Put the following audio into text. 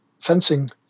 fencing